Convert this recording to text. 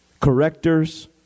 correctors